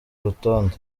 urutonde